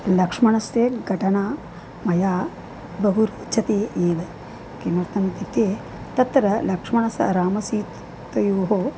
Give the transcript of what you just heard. लक्ष्मणस्य घटना मया बहु रोचते एव किमर्थम् इत्युक्ते तत्र लक्ष्मणस्य रामसीतयोः